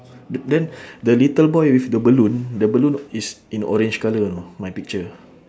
the then the little boy with the balloon the balloon is in orange colour you know my picture